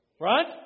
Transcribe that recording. Right